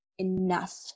enough